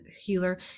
healer